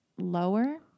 lower